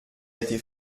été